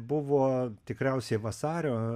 buvo tikriausiai vasario